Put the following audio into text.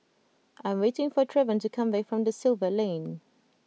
I'm waiting for Trevon to come back from Da Silva Lane